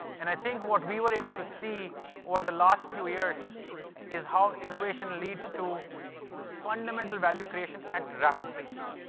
and i think what we were able to see over the last few years is how innovation leads to fundamental value creation at rapid pace.